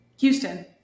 Houston